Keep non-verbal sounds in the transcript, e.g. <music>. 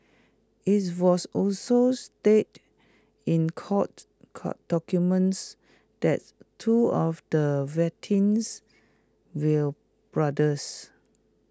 is was also stated in court <unintelligible> documents that two of the victims will brothers